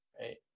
right